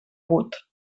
hagut